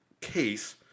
case